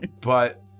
But-